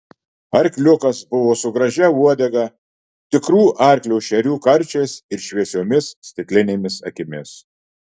arkliukas buvo su gražia uodega tikrų arklio šerių karčiais ir šviesiomis stiklinėmis akimis